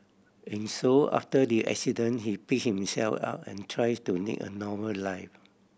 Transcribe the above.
and so after the accident he pick himself up and tries to lead a normal life